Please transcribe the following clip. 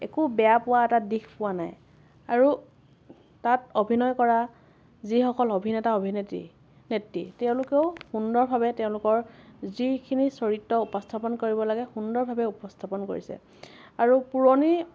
একো বেয়া পোৱা এটা দিশ পোৱা নাই আৰু তাত অভিনয় কৰা যিসকল অভিনেতা অভিনেত্ৰী নেত্ৰী তেওঁলোকেও সুন্দৰভাৱে তেওঁলোকৰ যিখিনি চৰিত্ৰ উপস্থাপন কৰিব লাগে সুন্দৰভাৱে উপস্থাপন কৰিছে আৰু পুৰণি